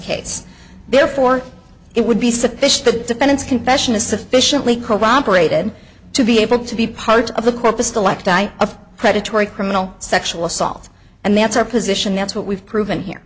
case therefore it would be sufficient the defendant's confession is sufficiently corroborated to be able to be part of the corpus to elect i a predatory criminal sexual assault and that's our position that's what we've proven here